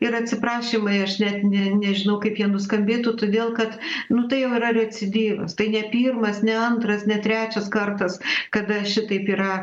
ir atsiprašymai aš net ne nežinau kaip jie nuskambėtų todėl kad nu tai jau yra recidyvas tai ne pirmas ne antras ne trečias kartas kada šitaip yra